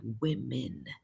women